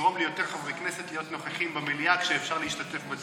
שיגרום ליותר חברי כנסת להיות נוכחים במליאה כשאפשר להשתתף בדיון.